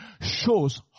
shows